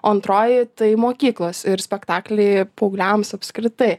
o antroji tai mokyklos ir spektakliai paaugliams apskritai